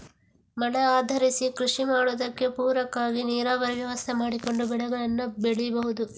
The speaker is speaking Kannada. ಮಳೆ ಆಧರಿಸಿ ಕೃಷಿ ಮಾಡುದಕ್ಕೆ ಪೂರಕ ಆಗಿ ನೀರಾವರಿ ವ್ಯವಸ್ಥೆ ಮಾಡಿಕೊಂಡು ಬೆಳೆಗಳನ್ನ ಬೆಳೀಬಹುದು